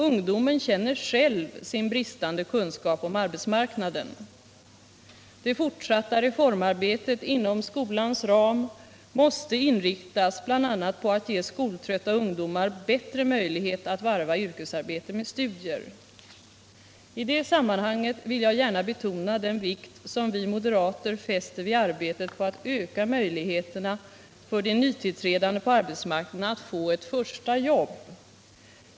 Ungdomen känner själv sin bristande kunskap om arbetsmarknaden. Det fortsatta reformarbetet inom skolans ram måste inriktas bl.a. på att ge skoltrötta ungdomar bättre möjlighet att varva yrkesarbete med studier. I det sammanhanget vill jag gärna betona den vikt som vi moderater fäster vid arbetet på att öka möjligheterna för de nytillträdande på arbetsmarknaden att få ett första jobb.